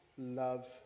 love